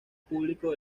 público